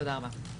תודה רבה.